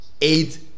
eight